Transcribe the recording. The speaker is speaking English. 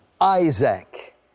Isaac